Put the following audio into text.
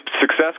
success